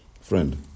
Friend